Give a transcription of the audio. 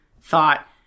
thought